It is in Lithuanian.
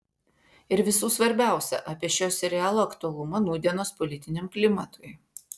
ir visų svarbiausia apie šio serialo aktualumą nūdienos politiniam klimatui